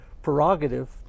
prerogative